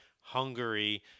Hungary